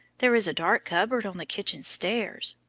there is a dark cupboard on the kitchen stairs.